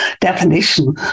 definition